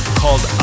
called